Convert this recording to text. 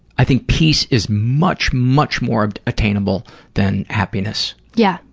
i think peace is much, much more but attainable than happiness. yeah.